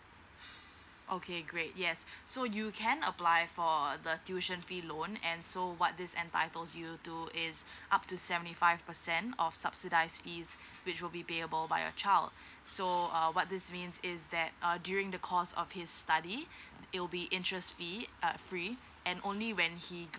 okay great yes so you can apply for the tuition fee loan and so what this entitles you to is up to seventy five percent of subsidised fees which will be payable by your child so uh what this means is that uh during the course of his study it will be interest fee uh free and only when he